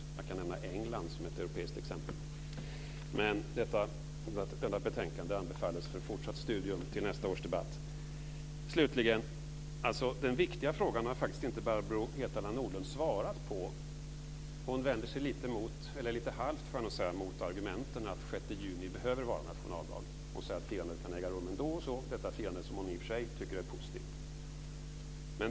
Jag kan nämna England som ett europeiskt exempel. Detta betänkande anbefalles för fortsatt studium till nästa års debatt. Den viktiga frågan har Barbro Hietala Nordlund inte svarat på. Hon vänder sig lite halvt mot argumenten att den 6 juni behöver vara nationaldag. Hon säger att firandet kan äga rum ändå - detta firande som hon i och för sig tycker är positivt.